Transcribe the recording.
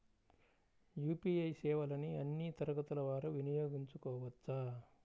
UPI సేవలని అన్నీ తరగతుల వారు వినయోగించుకోవచ్చా?